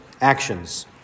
actions